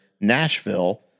Nashville